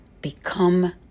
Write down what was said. become